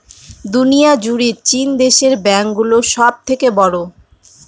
দুনিয়া জুড়ে চীন দেশের ব্যাঙ্ক গুলো সব থেকে বড়ো